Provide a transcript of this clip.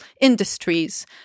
industries